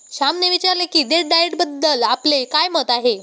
श्यामने विचारले की डेट डाएटबद्दल आपले काय मत आहे?